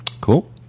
Cool